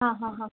हा हा हा